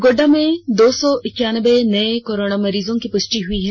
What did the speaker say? गोड्डा में दो सौ इक्कानबे नए कोरोना मरीज की पुष्टि हुई है